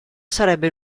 sarebbe